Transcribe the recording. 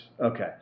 Okay